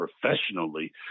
professionally